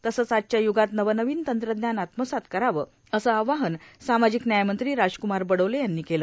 तसंच आजच्या यूगात नवनवीन तंत्रज्ञान आत्मसात करावे असे आवाहन सामाजिक न्यायमंत्री राजकुमार बडोले यांनी केले